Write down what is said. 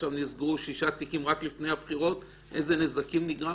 עכשיו נסגרו שישה תיקים לפני הבחירות איזה נזקים נגרמו.